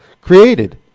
created